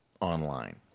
Online